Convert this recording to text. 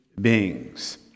beings